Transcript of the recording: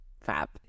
Fab